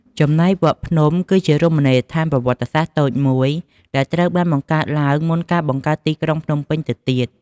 ចំណែកវត្តភ្នំគឺជារមណីយដ្ឋានប្រវត្តិសាស្ត្រតូចមួយដែលត្រូវបានបង្កើតឡើងមុនការបង្កើតទីក្រុងភ្នំពេញទៅទៀត។